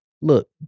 Look